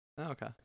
okay